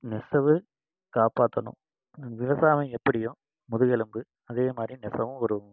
நெசவு காப்பாற்றணும் விவசாயம் எப்படியோ முதுகெலும்பு அதே மாதிரி நெசவும் ஒரு